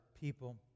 people